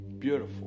beautiful